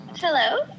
Hello